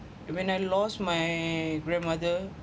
and when I lost my grandmother